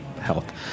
Health